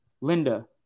Linda